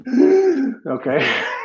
okay